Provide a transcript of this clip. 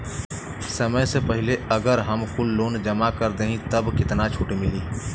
समय से पहिले अगर हम कुल लोन जमा कर देत हई तब कितना छूट मिली?